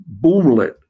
boomlet